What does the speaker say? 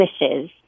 wishes